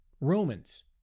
Romans